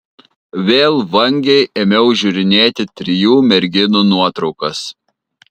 vėl vangiai ėmiau žiūrinėti trijų merginų nuotraukas